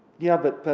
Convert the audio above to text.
ya but,